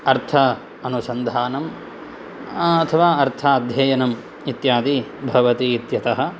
अर्थ अनुसन्धानम् अथवा अर्थाध्ययनम् इत्यादि भवति इत्यतः